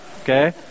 okay